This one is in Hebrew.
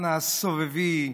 אנא סובבי.